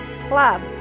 club